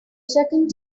second